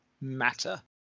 matter